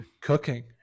cooking